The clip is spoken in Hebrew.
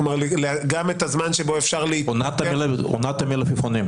כלומר גם את הזמן שבו אפשר להתפטר ולחזור -- עונת המלפפונים.